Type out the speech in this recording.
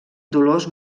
dolors